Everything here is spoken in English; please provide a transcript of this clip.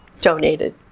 donated